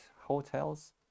hotels